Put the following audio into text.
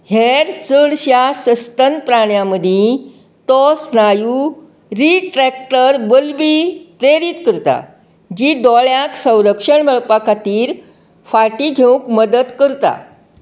हेर चडशा सस्तन प्राण्यां मदीं तो स्नायू रिट्रॅक्टर बल्बी प्रेरीत करता जी दोळ्याक संरक्षण मेळपा खातीर फाटी घेवंक मदत करता